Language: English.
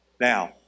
now